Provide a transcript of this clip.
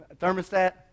thermostat